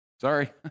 Sorry